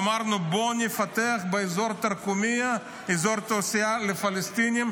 אמרנו: בואו נפתח באזור תרקומיא אזור תעשייה לפלסטינים,